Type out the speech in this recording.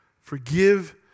Forgive